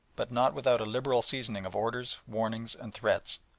but not without a liberal seasoning of orders, warnings, and threats.